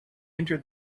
entered